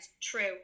true